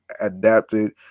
adapted